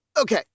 Okay